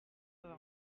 vingt